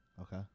Okay